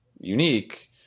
unique